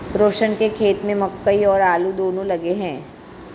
रोशन के खेत में मकई और आलू दोनो लगे हैं